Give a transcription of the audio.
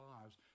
lives